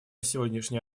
сегодняшняя